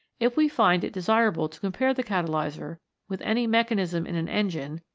if we find it desirable to compare the catalyser with any mechanism in an engine,